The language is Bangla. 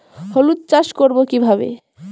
হলুদ চাষ করব কিভাবে?